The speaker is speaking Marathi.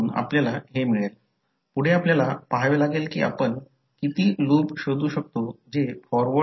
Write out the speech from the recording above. तर या प्रकरणात करंट त्यांच्यामध्ये प्रवेश करत आहे ही रेफरन्स पोलारिटी दिली आहे जी आहे आणि करंट डॉटमध्ये येतो आहे आणि ही रेफरन्स पोलारिटी आहे